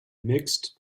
mixed